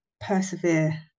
persevere